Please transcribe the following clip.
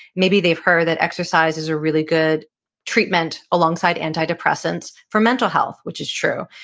maybe they've heard that exercise is a really good treatment alongside antidepressants for mental health which is true.